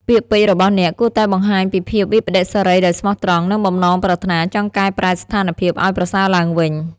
ពាក្យពេចន៍របស់អ្នកគួរតែបង្ហាញពីភាពវិប្បដិសារីដោយស្មោះត្រង់ និងបំណងប្រាថ្នាចង់កែប្រែស្ថានភាពឱ្យប្រសើរឡើងវិញ។